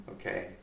okay